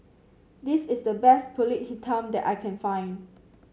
this is the best pulut Hitam that I can find